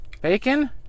bacon